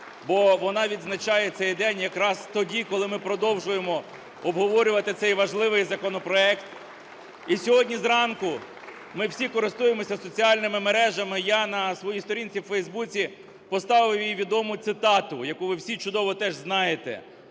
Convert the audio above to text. бо вона відзначає цей день якраз тоді, коли ми продовжуємо обговорювати цей важливий законопроект. (Оплески) І сьогодні зранку – ми всі користуємося соціальними мережами, – я на своїй сторінці у Фейсбуці поставив її відому цитату, яку ви всі чудово теж знаєте: